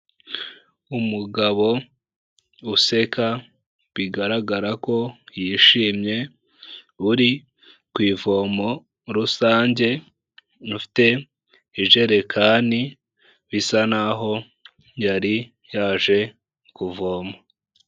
Umugabo useka bigaragara ko yishimye, uri ku ivomo rusange, n'ufite ijerekani bisa naho yari yaje kuvoma.